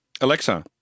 Alexa